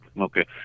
Okay